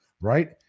right